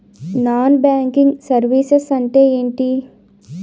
Non banking services అంటే ఎంటి?